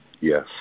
Yes